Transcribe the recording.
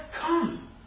come